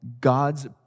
God's